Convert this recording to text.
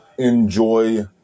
Enjoy